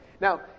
Now